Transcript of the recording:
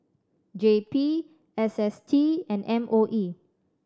J P S S T and M O E